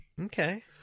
Okay